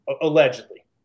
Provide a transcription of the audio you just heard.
allegedly